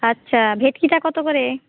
আচ্ছা ভেটকিটা কত করে